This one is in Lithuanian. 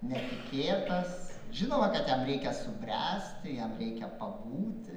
netikėtas žinoma kad jam reikia subręsti jam reikia pabūti